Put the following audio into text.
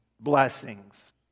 blessings